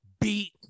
beat